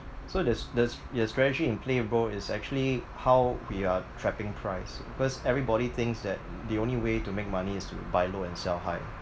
so the the the strategy in play roll is actually how we are trapping price because everybody thinks that the only way to make money is to buy low and sell high